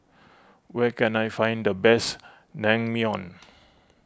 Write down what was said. where can I find the best Naengmyeon